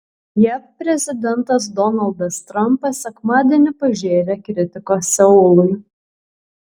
jav prezidentas donaldas trampas sekmadienį pažėrė kritikos seului